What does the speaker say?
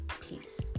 peace